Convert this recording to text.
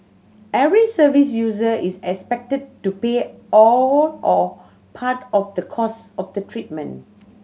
every service user is expected to pay all or part of the cost of the treatment